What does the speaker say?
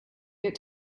get